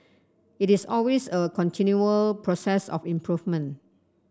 it is always a continual process of improvement